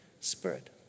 spirit